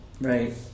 right